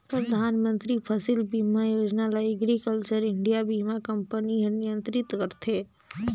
परधानमंतरी फसिल बीमा योजना ल एग्रीकल्चर इंडिया बीमा कंपनी हर नियंत्रित करथे